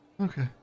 Okay